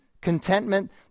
contentment